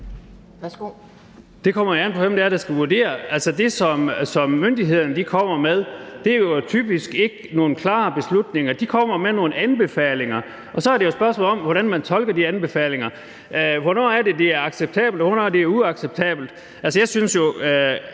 Det kommer jo an på, hvem der skal vurdere det. Det, som myndighederne kommer med, er jo typisk ikke nogen klare beslutninger. De kommer med nogle anbefalinger, og så er det jo et spørgsmål om, hvordan man tolker de anbefalinger. Hvornår er det acceptabelt, og hvornår er det uacceptabelt?